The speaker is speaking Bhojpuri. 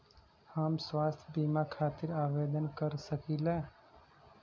हम स्वास्थ्य बीमा खातिर आवेदन कर सकीला?